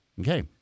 Okay